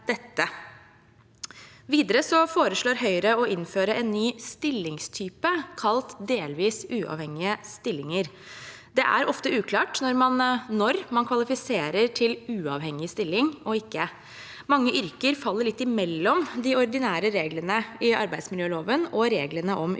Videre foreslår Høyre å innføre en ny stillingstype, kalt delvis uavhengige stillinger. Det er ofte uklart når man kvalifiserer til uavhengig stilling og ikke. Mange yrker faller litt imellom de ordinære reglene i arbeidsmiljøloven og reglene om uavhengig stilling,